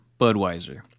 Budweiser